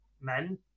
men